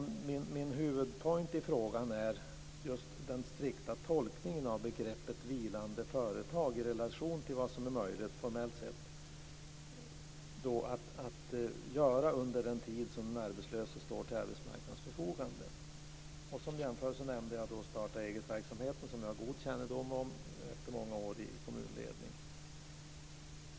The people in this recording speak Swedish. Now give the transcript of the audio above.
Min huvudpunkt i frågan är just den strikta tolkningen av begreppet vilande företag i relation till vad som är möjligt att göra under den tid som den arbetslöse står till arbetsmarknadens förfogande. Som jämförelse nämnde jag då starta-eget-verksamheten, som jag har god kännedom om efter många år i kommunledning.